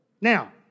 Now